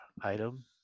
item